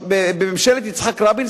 ממשלת יצחק רבין,